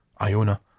Iona